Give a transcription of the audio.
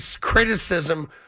criticism